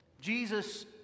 Jesus